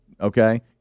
Okay